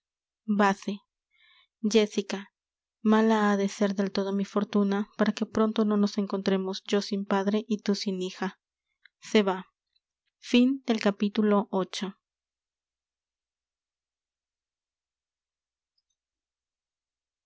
vase jéssica mala ha de ser del todo mi fortuna para que pronto no nos encontremos yo sin padre y tú sin hija se va